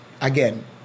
again